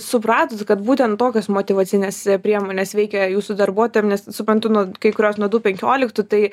supratot kad būtent tokios motyvacinės priemonės veikia jūsų darbuotojam nes suprantu nu kai kurios nuo du penkioliktų tai